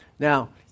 Now